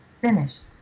finished